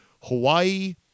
Hawaii